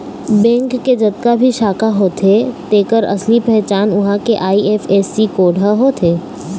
bank के जतका भी शाखा होथे तेखर असली पहचान उहां के आई.एफ.एस.सी कोड ह होथे